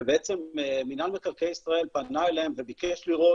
ובעצם מינהל מקרקעי ישראל פנה אליהם וביקש לראות